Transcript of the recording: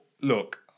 look